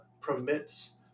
permits